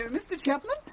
and mr chapman.